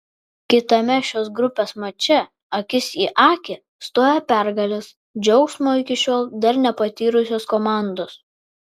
kitame šios grupės mače akis į akį stojo pergalės džiaugsmo iki šiol dar nepatyrusios komandos